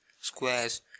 squares